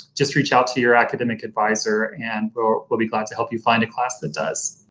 just reach out to your academic advisor and we'll be glad to help you find a class that does.